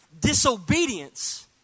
Disobedience